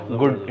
good